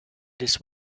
this